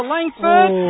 Langford